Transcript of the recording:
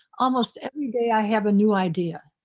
almost every day, i have a new idea.